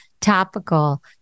topical